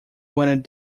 wanted